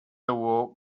awoke